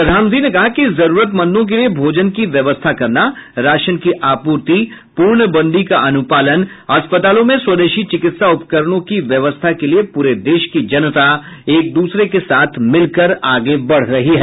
प्रधानमंत्री ने कहा कि जरूरतमंदों के लिए भोजन की व्यवस्था करना राशन की आपूर्ति पूर्णबंदी का अनुपालन अस्पतालों में स्वदेशी चिकित्सा उपकरणों की व्यवस्था के लिए प्रे देश की जनता एक दूसरे के साथ मिलकर आगे बढ़ रही है